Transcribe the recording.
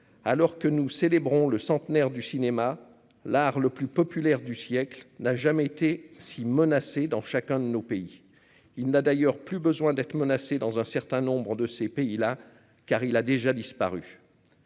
alors que nous célébrons le centenaire du cinéma, l'art le plus populaire du siècle n'a jamais été si menacée dans chacun de nos pays, il n'a d'ailleurs plus besoin d'être menacée dans un certains nombres de ces pays là, car il a déjà disparu